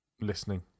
listening